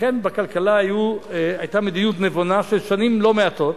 לכן בכלכלה היתה מדיניות נבונה של שנים לא מעטות,